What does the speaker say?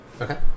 Okay